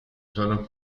sono